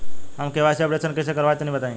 हम KYC updation कइसे करवाई तनि बताई?